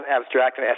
abstract